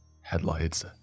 Headlights